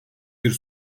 bir